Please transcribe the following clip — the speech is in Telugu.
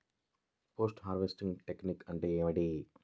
పోస్ట్ హార్వెస్టింగ్ టెక్నిక్ అంటే ఏమిటీ?